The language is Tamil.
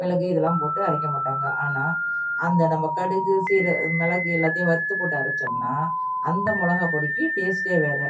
மிளகு இதெல்லாம் போட்டு அரைக்க மாட்டாங்க ஆனால் அந்த நம்ம கடுகு சீர மிளகு எல்லாத்தையும் வறுத்து போட்டு அரைச்சோம்னா அந்த மிளகாப்பொடிக்கி டேஸ்ட்டே வேறு